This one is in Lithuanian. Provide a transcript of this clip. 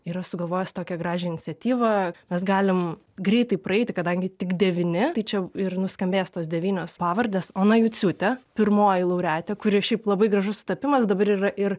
yra sugalvojęs tokią gražią iniciatyvą mes galim greitai praeiti kadangi tik devyni tai čia ir nuskambės tos devynios pavardės ona juciūtė pirmoji laureatė kuri šiaip labai gražus sutapimas dabar yra ir